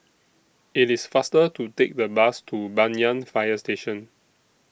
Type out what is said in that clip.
IT IS faster to Take The Bus to Banyan Fire Station